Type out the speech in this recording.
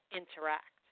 interact